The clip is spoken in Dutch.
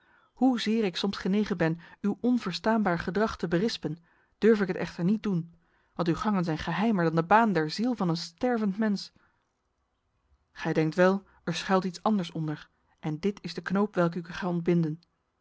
hoezeer ik soms genegen ben uw onverstaanbaar gedrag te berispen durf ik het echter niet doen want uw gangen zijn geheimer dan de baan der ziel van een stervend mens gij denkt wel er schuilt iets anders onder en dit is de knoop welke